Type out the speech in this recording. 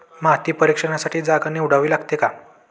माती परीक्षणासाठी जागा निवडावी लागते का?